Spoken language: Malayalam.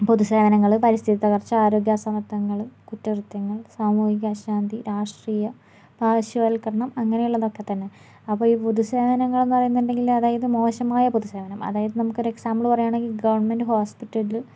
പൊതുസേവനങ്ങൾ പരിസ്ഥിതിത്തകർച്ച ആരോഗ്യ അസമത്വങ്ങൾ കുറ്റകൃത്യങ്ങൾ സാമൂഹിക അശാന്തി രാഷ്ട്രീയ പാർശ്വവൽക്കരണം അങ്ങനെയുള്ളതൊക്കെതന്നെ അപ്പോൾ ഈ പൊതുസേവനങ്ങളെന്ന് പറയുന്നുണ്ടെങ്കിൽ അതായത് മോശമായ പൊതുസേവനം അതായത് നമുക്കൊരു എക്സാംപിൾ പറയുകയാണെങ്കിൽ ഗവർമെൻ്റ് ഹോസ്പിറ്റൽ